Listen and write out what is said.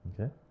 Okay